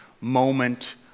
moment